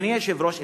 אדוני היושב-ראש,